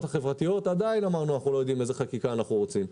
החברתיות עדיין אמרנו שאנחנו לא יודעים איזו חקיקה אנחנו רוצים.